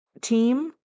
team